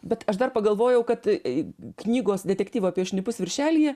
bet aš dar pagalvojau kad į knygos detektyvo apie šnipus viršelyje